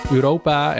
Europa